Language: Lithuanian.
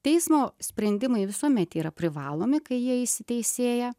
teismo sprendimai visuomet yra privalomi kai jie įsiteisėja